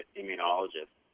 immunologist